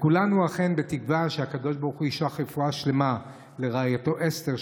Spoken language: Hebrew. כולנו אכן בתקווה שהקדוש ברוך הוא ישלח רפואה שלמה לרעייתו אסתר,